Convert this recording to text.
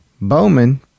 Bowman